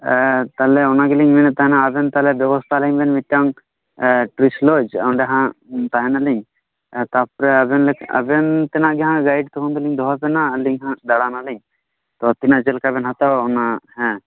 ᱛᱟᱦᱚᱞᱮ ᱚᱱᱟ ᱜᱮᱞᱤᱧ ᱢᱮᱱᱮᱫ ᱴᱟᱦᱮᱱᱟ ᱟᱵᱮᱱ ᱛᱟᱦᱚᱞᱮ ᱵᱮᱵᱚᱥᱛᱷᱟ ᱟᱹᱞᱤᱧ ᱵᱮᱱ ᱢᱤᱫᱴᱟᱝ ᱴᱩᱨᱤᱥᱴ ᱞᱚᱡᱽ ᱚᱸᱰᱮ ᱦᱟᱜ ᱛᱟᱦᱮᱸ ᱱᱟᱞᱤᱧ ᱛᱟᱯᱚᱨᱮ ᱟᱵᱮᱱ ᱟᱵᱮᱱ ᱛᱮᱱᱟᱜ ᱜᱮᱦᱟᱜ ᱜᱟᱹᱭᱤᱴ ᱩᱱᱫᱚ ᱫᱚᱦᱚ ᱵᱮᱱᱟ ᱟᱹᱞᱤᱧ ᱦᱟᱜ ᱫᱟᱲᱟᱱ ᱟᱹᱞᱤᱧ ᱛᱚ ᱛᱤᱱᱟᱹᱜ ᱪᱮᱫ ᱞᱮᱠᱟ ᱵᱮᱱ ᱦᱟᱛᱟᱣᱟ ᱚᱱᱟ ᱦᱮᱸ